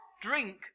drink